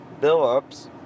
Billups